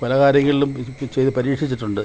പല കാര്യങ്ങളിലും ഇത് ചെയ്തു പരീക്ഷിച്ചിട്ടുണ്ട്